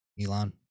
Elon